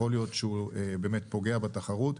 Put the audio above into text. שיכול להיות שהוא פוגע בתחרות.